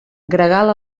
gregal